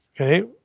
Okay